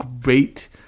great